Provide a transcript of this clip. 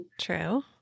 true